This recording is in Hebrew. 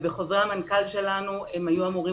ובחוזרי המנכ"ל שלנו הם היו אמורים